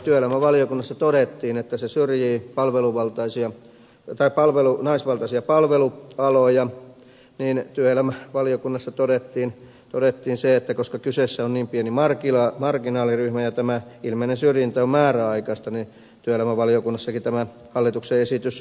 työelämävaliokunnassa todettiin että se syrjii naisvaltaisia palvelualoja mutta työelämävaliokunnassa todettiin että kyseessä on pieni marginaaliryhmä ja tämä ilmeinen syrjintä on määräaikaista ja siksi työelämävaliokunnassakin tämä hallituksen esitys hyväksyttiin